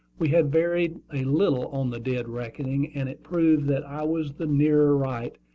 we had varied a little on the dead-reckoning, and it proved that i was the nearer right,